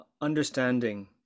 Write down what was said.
understanding